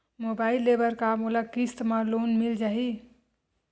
Mobile ले बर का मोला किस्त मा लोन मिल जाही?